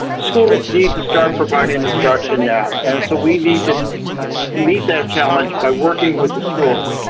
schools need to start providing instruction now. and so we need to meet that challenge by working with the schools.